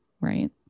right